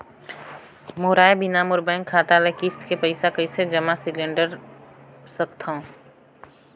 मोर आय बिना मोर बैंक खाता ले किस्त के पईसा कइसे जमा सिलेंडर सकथव?